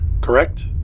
Correct